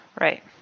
Right